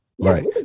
Right